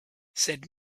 said